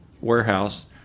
warehouse